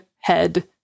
head